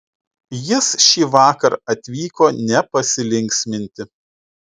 jis šįvakar atvyko ne pasilinksminti